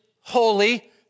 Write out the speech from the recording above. holy